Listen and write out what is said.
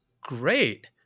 great